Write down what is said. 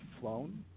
flown